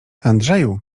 andrzeju